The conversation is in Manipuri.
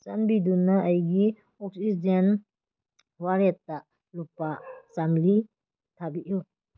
ꯆꯥꯟꯕꯤꯗꯨꯅ ꯑꯩꯒꯤ ꯑꯣꯛꯁꯤꯖꯦꯟ ꯋꯥꯂꯦꯠꯇ ꯂꯨꯄꯥ ꯆꯃꯔꯤ ꯊꯥꯕꯤꯌꯨ